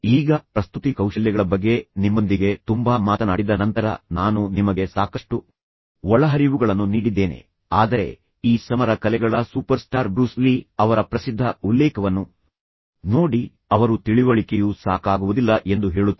ಈಗ ಪ್ರಸ್ತುತಿ ಕೌಶಲ್ಯಗಳ ಬಗ್ಗೆ ನಿಮ್ಮೊಂದಿಗೆ ತುಂಬಾ ಮಾತನಾಡಿದ ನಂತರ ನಾನು ನಿಮಗೆ ಸಾಕಷ್ಟು ಒಳಹರಿವುಗಳನ್ನು ನೀಡಿದ್ದೇನೆ ಆದರೆ ಈ ಸಮರ ಕಲೆಗಳ ಸೂಪರ್ಸ್ಟಾರ್ ಬ್ರೂಸ್ ಲೀ ಅವರ ಪ್ರಸಿದ್ಧ ಉಲ್ಲೇಖವನ್ನು ನೋಡಿ ಅವರು ತಿಳಿವಳಿಕೆಯು ಸಾಕಾಗುವುದಿಲ್ಲ ಎಂದು ಹೇಳುತ್ತಾರೆ